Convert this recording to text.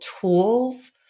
tools